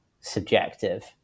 subjective